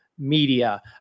media